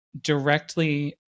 directly